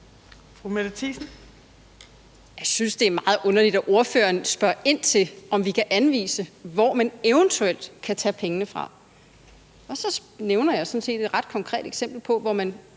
Mette Thiesen (NB): Jeg synes, det er noget meget underligt at sige. Ordføreren spørger ind til, om vi kan anvise, hvor man eventuelt kan tage pengene fra, og så nævner jeg sådan set et ret konkret eksempel på, hvor man